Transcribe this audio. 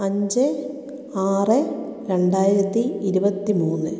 അഞ്ച് ആറ് രണ്ടായിരത്തി ഇരുപത്തി മൂന്ന്